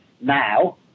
Now